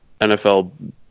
NFL